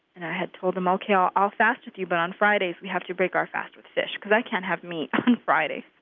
and i had told him, ok, i'll i'll fast with you, but on fridays, we have to break our fast with fish because i can't have meat on fridays.